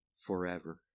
forever